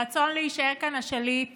הרצון להישאר כאן השליט